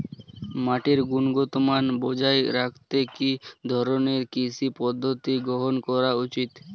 মাটির গুনগতমান বজায় রাখতে কি ধরনের কৃষি পদ্ধতি গ্রহন করা উচিৎ?